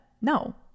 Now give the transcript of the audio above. no